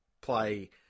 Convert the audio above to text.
play